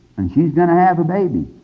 and she is going to have a baby.